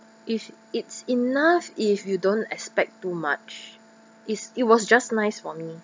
if it's enough if you don't expect too much is it was just nice for me